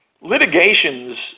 litigations